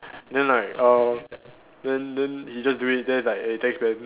then like err then then he just do it then it's like eh thanks man